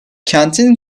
kentin